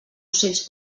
ocells